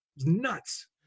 Nuts